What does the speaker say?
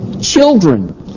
Children